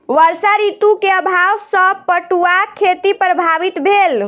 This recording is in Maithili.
वर्षा ऋतू के अभाव सॅ पटुआक खेती प्रभावित भेल